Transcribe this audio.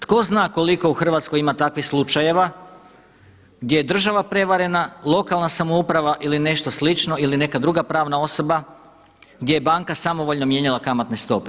Tko zna koliko u Hrvatskoj ima takvih slučajeva gdje je država prevarena, lokalna samouprava ili nešto slično ili neka druga pravna osoba gdje je banka samovoljno mijenjala kamatne stope.